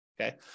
okay